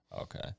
Okay